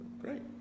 Great